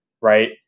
right